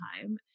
time